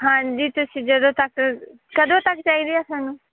ਹਾਂਜੀ ਤੁਸੀਂ ਜਦੋਂ ਤੱਕ ਕਦੋਂ ਤੱਕ ਚਾਹੀਦੇ ਆ ਤੁਹਾਨੂੰ